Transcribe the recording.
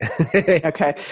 Okay